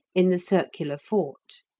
in the circular fort.